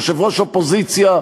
יושב-ראש אופוזיציה,